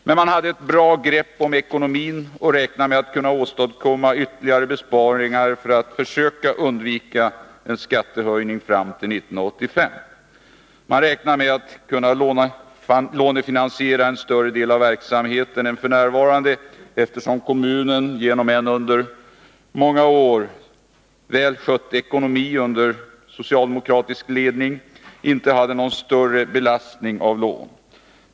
Men man hade ett bra grepp om ekonomin och räknade med att kunna åstadkomma ytterligare besparingar, för att fram till 1985 försöka undvika en skattehöjning. Man räknade med att kunna lånefinansiera en större del av verksamheten, eftersom kommunen genom en under många år väl skött ekonomi under socialdemokratisk ledning inte hade någon större belastning på grund av lån.